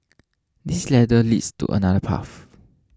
this ladder leads to another path